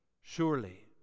Surely